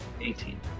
eighteen